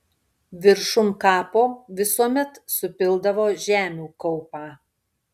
viršum kapo visuomet supildavo žemių kaupą